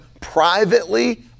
privately